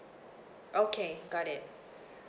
okay got it